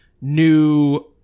new